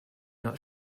not